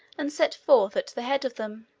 and set forth at the head of them.